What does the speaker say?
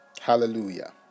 Hallelujah